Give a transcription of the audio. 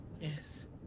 Yes